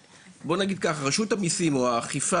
בוא נגיד כך: רשות המיסים או האכיפה,